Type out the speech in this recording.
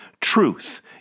truth